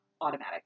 automatic